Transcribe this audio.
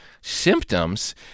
symptoms